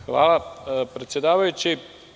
Hvala predsedavajući.